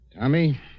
Tommy